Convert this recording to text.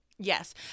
Yes